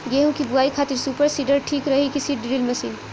गेहूँ की बोआई खातिर सुपर सीडर ठीक रही की सीड ड्रिल मशीन?